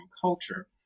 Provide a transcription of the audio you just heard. culture